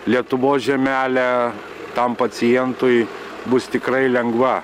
lietuvos žemelė tam pacientui bus tikrai lengva